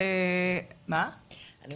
זה דיון